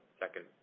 second